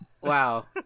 Wow